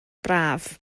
braf